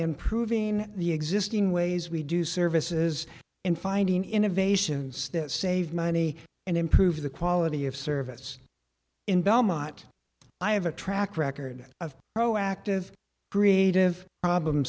improving the existing ways we do services in finding innovations that save money and improve the quality of service in belmont i have a track record of proactive creative problem